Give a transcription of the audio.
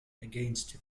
against